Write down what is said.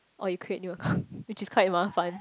or you create new account which is quite 麻烦